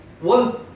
one